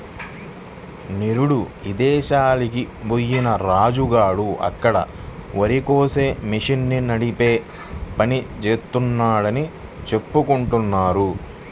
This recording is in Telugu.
నిరుడు ఇదేశాలకి బొయ్యిన రాజు గాడు అక్కడ వరికోసే మిషన్ని నడిపే పని జేత్తన్నాడని చెప్పుకుంటున్నారు